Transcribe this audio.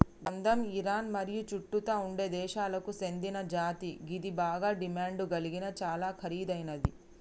బాదం ఇరాన్ మరియు చుట్టుతా ఉండే దేశాలకు సేందిన జాతి గిది బాగ డిమాండ్ గలిగి చాలా ఖరీదైనది